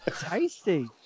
tasty